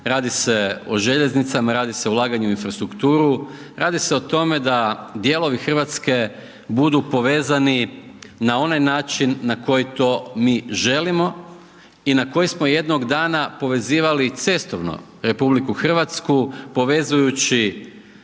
radi se o željeznicama, radi se o ulaganju u infrastrukturu, radi se o tome da dijelovi RH budu povezani na onaj način, na koji mi to želimo i na koji smo jednog dana, povezivali i cestovno RH, povezujući